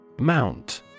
Mount